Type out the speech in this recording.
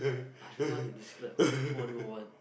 I don't know what to describe ah what no one